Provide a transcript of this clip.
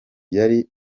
yari